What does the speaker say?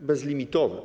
bezlimitowe.